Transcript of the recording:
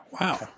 Wow